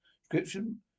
Description